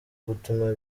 gutuma